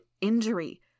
Injury